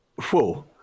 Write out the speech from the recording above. Whoa